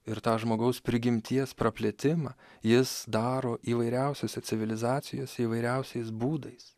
ir tą žmogaus prigimties praplėtimą jis daro įvairiausiose civilizacijose įvairiausiais būdais